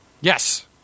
Yes